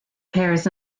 pears